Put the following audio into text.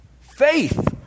faith